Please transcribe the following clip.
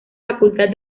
facultad